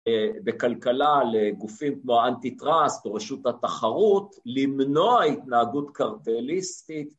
בכלכלה לגופים כמו האנטי טראסט או רשות התחרות, למנוע התנהגות קרטיאליסטית.